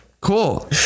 cool